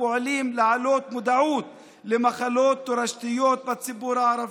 הפועלים להעלות מודעות למחלות תורשתיות בציבור הערבי.